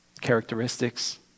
characteristics